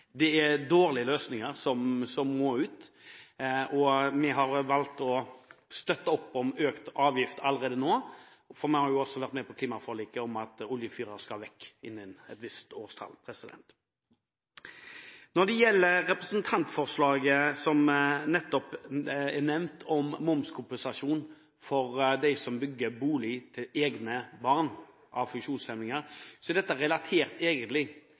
Det er en dårlig løsning som må ut. Vi har valgt å støtte opp om økt avgift allerede nå, for vi har også vært med på klimaforliket om at oljefyring skal vekk innen et visst årstall. Når det gjelder representantforslaget, som nettopp er nevnt, om momskompensasjon for dem som bygger bolig til egne barn med funksjonshemning, er dette egentlig relatert